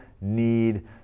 need